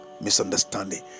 misunderstanding